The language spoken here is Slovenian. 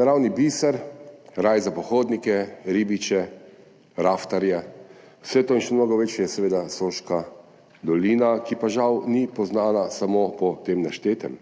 Naravni biser, raj za pohodnike, ribiče, raftarje, vse to in še mnogo več je seveda Soška dolina, ki pa žal ni poznana samo po tem naštetem.